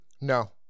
No